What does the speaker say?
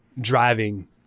driving